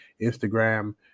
instagram